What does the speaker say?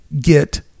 get